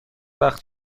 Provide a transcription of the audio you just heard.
وقت